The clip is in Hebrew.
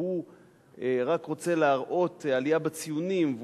שהוא רק רוצה להראות עלייה בציונים?